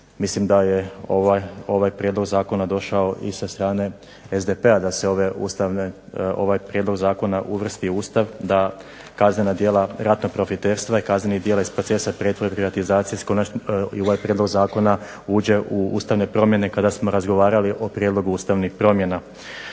Mislim da je ovaj prijedlog zakona došao i sa strane SDP-a da se ovaj prijedlog zakona uvrsti u Ustav da kaznena djela ratnog profiterstva i kaznena djela iz procesa pretvorbe i privatizacije i ovaj prijedlog zakona uđe u ustavne promjene kada smo razgovarali o prijedlogu ustavnih promjena.